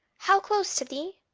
how close to thee!